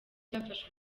cyafashe